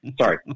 Sorry